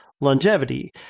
longevity